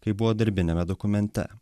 kaip buvo darbiniame dokumente